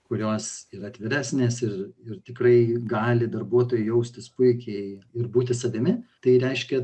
kurios ir atviresnės ir ir tikrai gali darbuotojai jaustis puikiai ir būti savimi tai reiškia